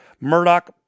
Murdoch